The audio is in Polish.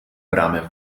bramę